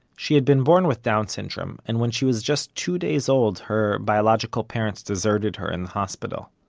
she had been born with down syndrome, and when she was just two days old her biological parents deserted her in the hospital.